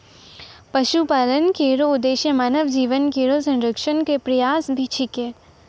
पशुपालन केरो उद्देश्य मानव जीवन केरो संरक्षण क प्रयास भी छिकै